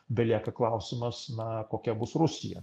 belieka klausimas na kokia bus rusija